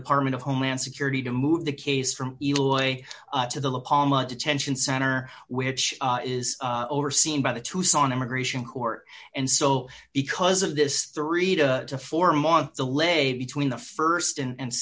department of homeland security to move the case from illinois to the detention center which is overseen by the tucson immigration court and so because of this three to four month the leg between the st and